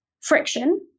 friction